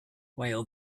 while